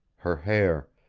her hair,